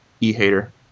e-hater